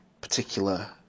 particular